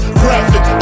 graphic